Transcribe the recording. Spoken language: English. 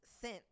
sent